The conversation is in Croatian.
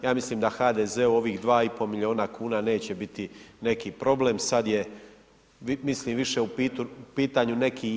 Ja mislim da HDZ ovih 2,5 milijuna kuna, neće biti neki problem, sada je, mislim više u pitanju neki inat.